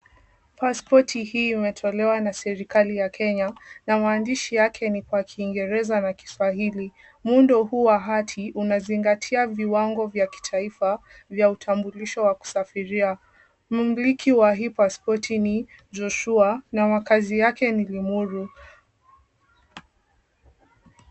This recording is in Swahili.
Paspoti hii imetolewa na serikali ya Kenya na maandishi yake ni kwa Kiingereza na Kiswahili. Muundo huu wa hati, unazingatia viwango vya kitaifa vya utambulisho wa kusafiria. Mmiliki wa hii paspoti ni Joshua na makazi yake ni Limuru.